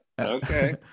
okay